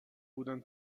بودن